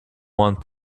want